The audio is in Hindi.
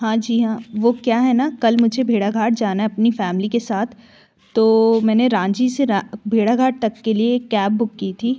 हाँ जी हाँ वो क्या है ना कल मुझे भेड़ाघाट जाना है अपनी फै़मिली के साथ तो मैंने रांझी से भेड़ाघाट तक के लिए एक कैब बुक की थी